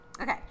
Okay